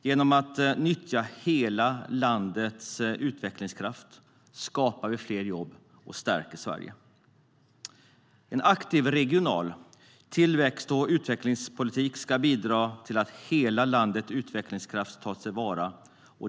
Genom att nyttja hela landets utvecklingskraft skapar vi fler jobb och stärker Sverige. En aktiv regional tillväxt och utvecklingspolitik ska bidra till att hela landets utvecklingskraft tas till vara.